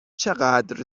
چقدر